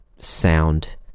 sound